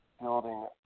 building